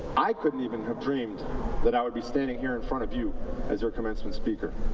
i couldn't even have dreamed that i would be standing here in front of you as your commencement speaker.